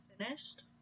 finished